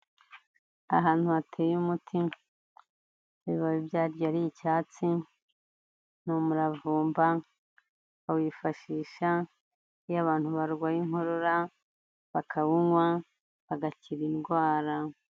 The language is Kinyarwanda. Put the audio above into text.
Ahantu hateye umuti, ibibabi byabyo ari icyatsi, ni umuravumba bawifashisi iyo abantu barwaye inkorora bakawunywa bagakira indwara.